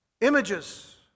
images